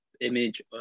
image